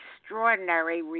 extraordinary